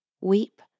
weep